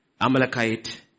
Amalekite